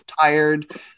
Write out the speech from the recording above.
tired